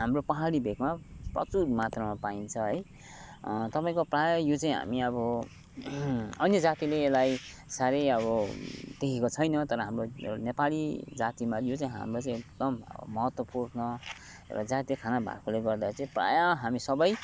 हाम्रो पाहाडी भेगमा प्रचुर मात्रामा पाइन्छ है तपाईँको प्रायः यो चाहिँ हामी अब अन्य जातिले यसलाई साह्रै अब देखेको छैन तर हाम्रो एउटा नेपाली जातिमा यो चाहिँ हाम्रो चाहिँ एकदम महत्त्वपूर्ण एउटा जातीय खाना भएकोले गर्दा चाहिँ प्रायः हामी सबै